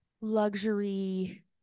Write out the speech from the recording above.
luxury